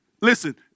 Listen